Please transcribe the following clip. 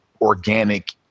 organic